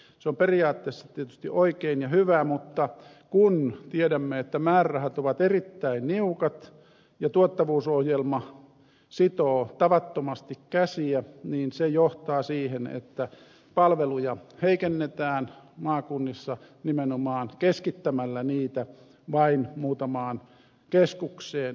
se on periaatteessa tietysti oikein ja hyvä mutta kun tiedämme että määrärahat ovat erittäin niukat ja tuottavuusohjelma sitoo tavattomasti käsiä se johtaa siihen että palveluja heikennetään maakunnissa nimenomaan keskittämällä niitä vain muutamaan keskuspaikkaan